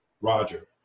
Roger